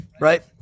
Right